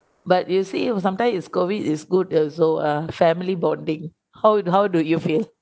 but you see sometimes it's COVID it's good also ah family bonding how how do you feel